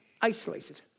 isolated